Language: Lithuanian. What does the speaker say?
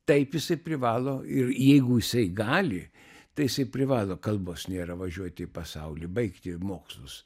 taip jisai privalo ir jeigu jisai gali tai jisai privalo kalbos nėra važiuoti į pasaulį baigti mokslus